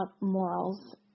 morals